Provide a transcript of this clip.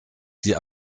die